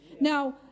Now